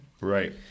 Right